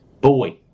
Boy